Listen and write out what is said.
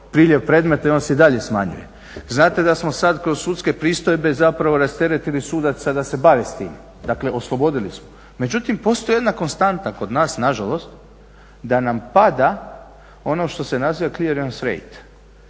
priljev predmeta i on se i dalje smanjuje. Znate da smo sad kroz sudske pristojbe zapravo rasteretili suce da se bave s tim, dakle oslobodili smo. Međutim, postoji jedna konstanta kod nas, nažalost, da nam pada ono što se naziva … /Govornik se